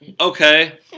Okay